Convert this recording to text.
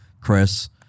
Chris